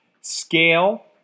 scale